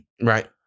Right